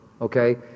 okay